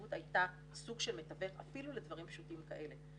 והנציבות הייתה סוג של מתווך אפילו לדברים פשוטים כאלה.